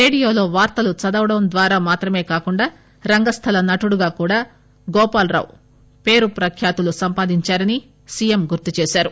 రేడియోలో వార్తలు చదవడం ద్వారా మాత్రమే కాకుండా రంగస్థల నటుడుగా కూడా గోపాలరావు పేరు ప్రఖ్యాతులు సంపాదించారని సీఎం గుర్తుచేశారు